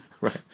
Right